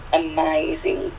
amazing